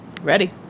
Ready